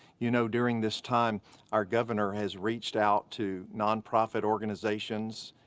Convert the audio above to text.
you know, during this time our governor has reached out to nonprofit organizations,